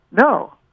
No